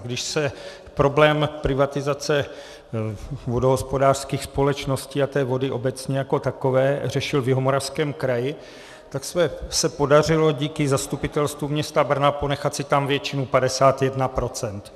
Když se problém privatizace vodohospodářských společností a vody obecně jako takové řešil v Jihomoravském kraji, tak se podařilo díky Zastupitelstvu města Brna ponechat si tam většinu 51 %.